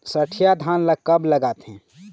सठिया धान ला कब लगाथें?